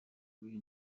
kuri